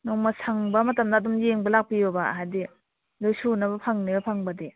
ꯅꯣꯡꯃ ꯁꯪꯕ ꯃꯇꯝꯗ ꯑꯗꯨꯝ ꯌꯦꯡꯕ ꯂꯥꯛꯄꯤꯌꯣꯕ ꯍꯥꯏꯕꯗꯤ ꯂꯣꯏ ꯁꯨꯅꯕ ꯐꯪꯅꯦꯕ ꯐꯪꯕꯗꯤ